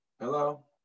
Hello